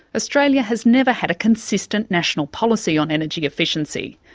australia has never had a consistent national policy on energy efficiency,